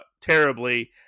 terribly